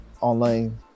online